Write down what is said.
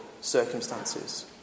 circumstances